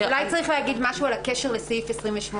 אולי צריך להגיד משהו על הקשר לסעיף 28,